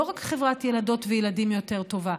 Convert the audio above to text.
לא רק חברת ילדות וילדים יותר טובה,